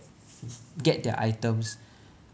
get their items